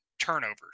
turnovers